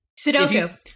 Sudoku